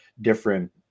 different